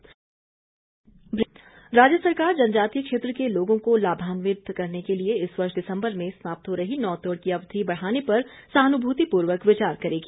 मुख्यमंत्री राज्य सरकार जनजातीय क्षेत्र के लोगों को लाभान्वित करने के लिए इस वर्ष दिसंबर में समाप्त हो रही नोतोड़ की अवधि बढ़ाने पर सहानुभूतिपूर्वक विचार करेगी